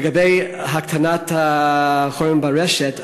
לגבי הקטנת החורים ברשת,